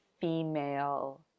female